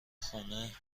خونه